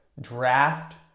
draft